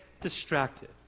distracted